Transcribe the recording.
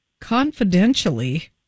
Confidentially